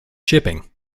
shipping